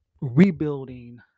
rebuilding